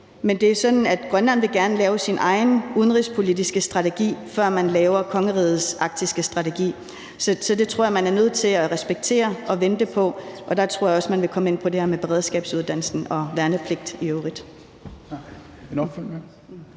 Men det er sådan, at Grønland gerne vil lave sin egen udenrigspolitiske strategi, før man laver kongerigets arktiske strategi. Så det tror jeg man er nødt til at respektere og vente på, og der tror jeg også, man vil komme ind på det her med beredskabsuddannelsen og værnepligt i øvrigt.